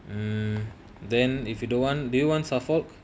mmhmm then if you don't want do you want suffolk